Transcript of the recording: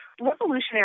revolutionary